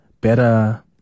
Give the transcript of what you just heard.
better